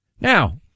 Now